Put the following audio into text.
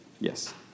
Yes